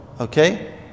Okay